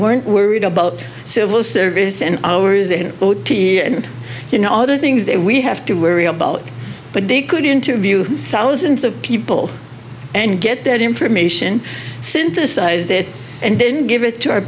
weren't worried about civil service and hours later you know other things that we have to worry about but they could interview thousands of people and get that information synthesize that and then give it to our